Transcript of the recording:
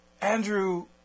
Andrew